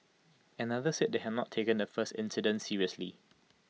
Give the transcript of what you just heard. another said they had not taken the first incident seriously